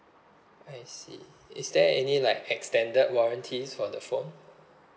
I see is there any like extended warranties for the phone